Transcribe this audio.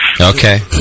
Okay